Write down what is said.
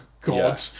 God